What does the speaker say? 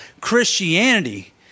Christianity